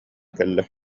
кэллэ